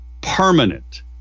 permanent